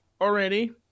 already